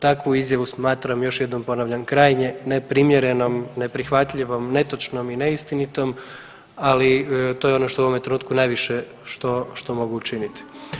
Takvu izjavu smatram još jednom ponavljam krajnje neprimjerenom, neprihvatljivom, netočnom i neistinitom ali to je ono što u ovome trenutku najviše što mogu učiniti.